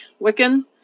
wiccan